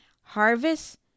harvest